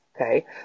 okay